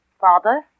Father